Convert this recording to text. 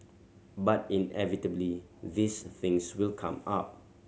but inevitably these things will come up